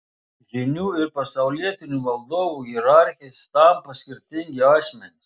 žynių ir pasaulietinių valdovų hierarchais tampa skirtingi asmenys